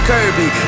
Kirby